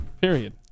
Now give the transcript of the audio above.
Period